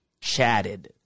chatted